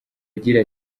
agira